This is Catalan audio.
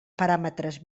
paràmetres